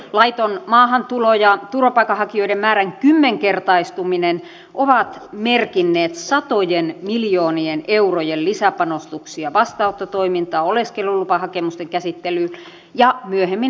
laiton maahantulo ja turvapaikanhakijoiden määrän kymmenkertaistuminen ovat merkinneet satojen miljoonien eurojen lisäpanostuksia vastaanottotoimintaan oleskelulupahakemusten käsittelyyn ja myöhemmin kotouttamiseen